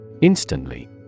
Instantly